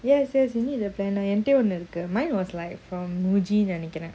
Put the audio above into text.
yes yes you need a planner என்கிட்டயும்ஒன்னுஇருக்கு:enkitayum onnu iruku mine was like from Muji nu நெனைக்கிறேன்:nenaikren